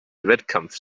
wettkampf